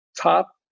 top